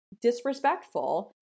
disrespectful